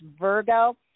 virgo